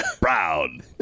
Brown